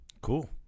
Cool